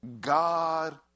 God